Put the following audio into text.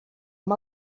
amb